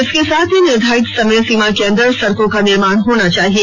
इसके साथ निर्धारित समय सीमा के अंदर सड़कों का निर्माण हो जाना चाहिए